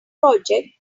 project